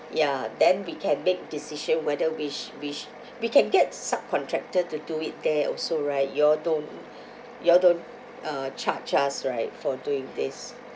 ya then we can make decision whether which which we can get subcontractor to do it there also right you all don't you all don't uh charge us right for doing this